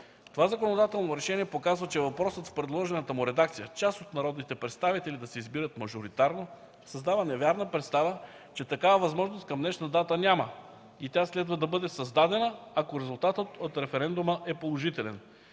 Това законодателно решение показва, че въпросът в предложената му редакция – „част от народните представители да се избират мажоритарно”, създава невярна представа, че такава възможност към днешна дата няма и тя следва да бъде създадена, ако резултатът от референдума е положителен.